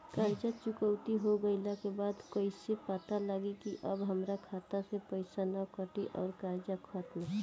कर्जा चुकौती हो गइला के बाद कइसे पता लागी की अब हमरा खाता से पईसा ना कटी और कर्जा खत्म?